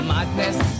Madness